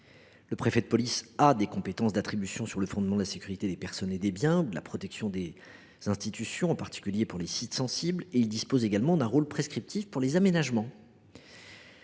Le préfet de police a pour sa part des compétences d’attribution sur le fondement de la sécurité des personnes et des biens et de la protection des institutions, en particulier pour les sites sensibles. Il dispose également d’un rôle prescriptif pour les aménagements